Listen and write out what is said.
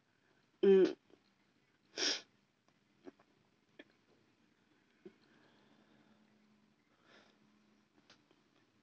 mm